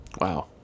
Wow